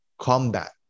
combat